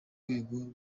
rwego